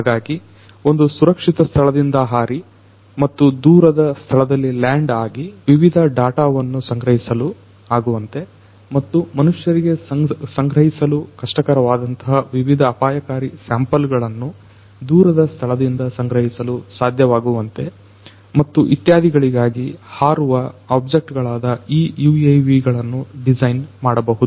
ಹಾಗಾಗಿ ಒಂದು ಸುರಕ್ಷಿತ ಸ್ಥಳದಿಂದ ಹಾರಿ ಮತ್ತು ದೂರದ ಸ್ಥಳದಲ್ಲಿ ಲ್ಯಾಂಡ್ ಆಗಿ ವಿವಿಧ ಡಾಟಾವನ್ನು ಸಂಗ್ರಹಿಸಲು ಆಗುವಂತೆ ಮತ್ತು ಮನುಷ್ಯರಿಗೆ ಸಂಗ್ರಹಿಸಲು ಕಷ್ಟಕರ ವಾದಂತಹ ವಿವಿಧ ಅಪಾಯಕಾರಿ ಸ್ಯಾಂಪಲ್ ಗಳನ್ನು ದೂರದ ಸ್ಥಳದಿಂದ ಸಂಗ್ರಹಿಸಲು ಸಾಧ್ಯವಾಗುವಂತೆ ಮತ್ತು ಇತ್ಯಾದಿಗಳಿಗಾಗಿ ಹಾರುವ ಆಬ್ಜೆಕ್ಟ್ ಗಳಾದ ಈ UAV ಗಳನ್ನು ಡಿಸೈನ್ ಮಾಡಬಹುದು